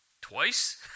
twice